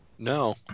No